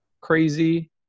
crazy